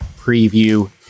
preview